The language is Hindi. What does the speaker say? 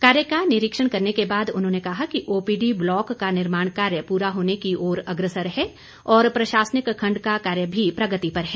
कार्य का निरीक्षण करने के बाद उन्होंने कहा कि ओपीडी ब्लॉक का निर्माण कार्य पूरा होने की ओर अग्रसर है और प्रशासनिक खंड का कार्य भी प्रगति पर है